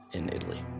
in italy